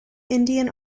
indian